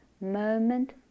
moment